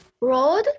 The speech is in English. road